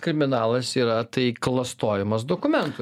kriminalas yra tai klastojimas dokumentų